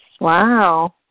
Wow